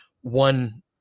one